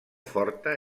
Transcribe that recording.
forta